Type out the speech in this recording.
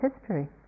history